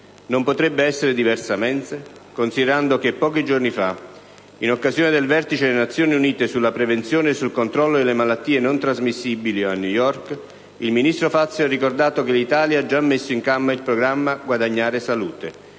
Non potrebbe essere diversamente considerando che, pochi giorni fa, in occasione del vertice delle Nazioni Unite sulla prevenzione e sul controllo delle malattie non trasmissibili, svoltosi a New York, il ministro Fazio ha ricordato che l'Italia ha già messo in campo il programma «Guadagnare salute»,